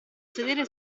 sedere